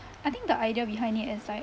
I think the idea behind it is like